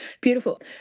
Beautiful